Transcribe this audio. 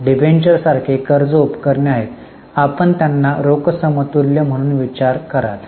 डेबेंचर्ससारखे कर्ज उपकरणे आहेत आपण त्यांना रोख समतुल्य म्हणून विचार कराल